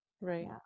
right